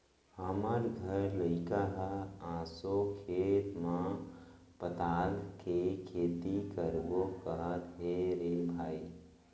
हमर घर लइका ह एसो खेत म पताल के खेती करबो कहत हे रे भई